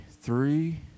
three